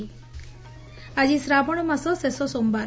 ଆଜି ଶ୍ରାବଣମାସ ଶେଷ ସୋମବାର